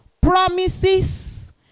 promises